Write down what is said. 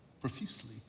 profusely